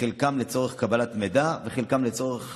חלקן לצורך קבלת מידע וחלקן לצורך